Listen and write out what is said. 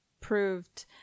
proved